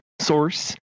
Source